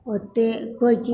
ओतय कोइ चीज